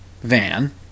van